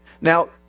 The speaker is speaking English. Now